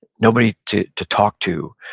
nobody to to talk to.